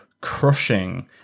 crushing